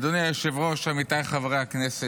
אדוני היושב-ראש, עמיתיי חברי הכנסת,